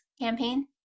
campaign